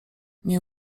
nie